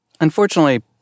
Unfortunately